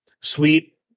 sweet